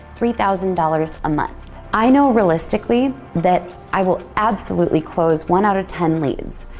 three thousand dollars a month, i know realistically that i will absolutely close one out of ten leads,